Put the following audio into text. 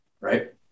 right